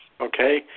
Okay